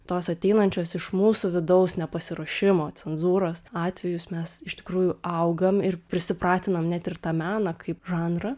tos ateinančios iš mūsų vidaus nepasiruošimo cenzūros atvejus mes iš tikrųjų augam ir prisipratinam net ir tą meną kaip žanrą